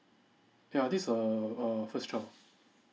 ya this err err first child